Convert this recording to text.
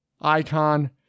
Icon